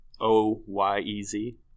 O-Y-E-Z